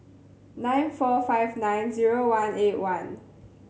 nine four five nine zero one eight one